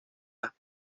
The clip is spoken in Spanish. las